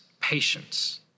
patience